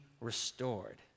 restored